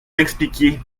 m’expliquiez